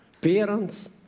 parents